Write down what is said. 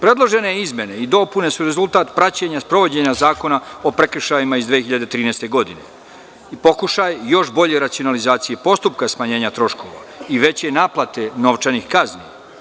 Predložene izmene i dopune su rezultat praćenja sprovođenja zakona i prekršajima iz 2013. godine i pokušaj još bolje racionalizacije postupka smanjenja troškova i veće naplate novčanih kazni.